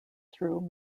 through